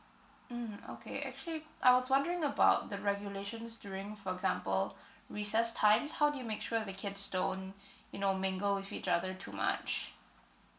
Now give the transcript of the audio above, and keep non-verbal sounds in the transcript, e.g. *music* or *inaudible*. mm okay actually I was wondering about the regulations during for example *breath* recess times how do you make sure the kids don't *breath* you know mingle with each other too much